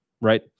right